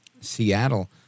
Seattle